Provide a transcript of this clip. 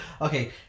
okay